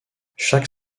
chaque